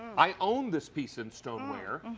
i own this piece in stoneware.